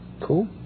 Cool